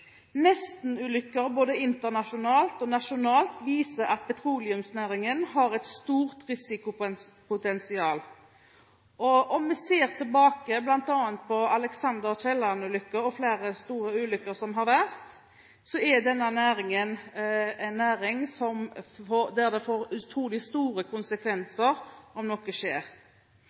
både internasjonalt og nasjonalt, viser at petroleumsnæringen har et stort risikopotensial. Om vi ser tilbake, bl.a. på «Alexander Kielland»-ulykken og flere store ulykker som har vært, er dette en næring der det får utrolig store konsekvenser om noe skjer.